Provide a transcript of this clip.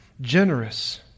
generous